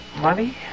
Money